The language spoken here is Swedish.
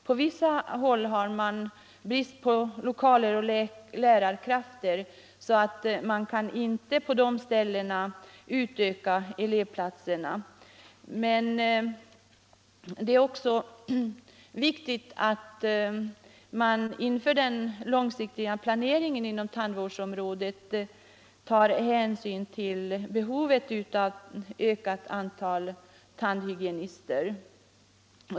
På vissa håll är det brist på lokaler och lärarkrafter, så att man inte på de ställena kan utöka antalet elevplatser. Det är viktigt att, inför den långsiktiga planeringen inom tandvårdsområdet, ta hänsyn till behovet av ökat antal tandhygienister.